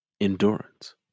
endurance